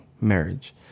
marriage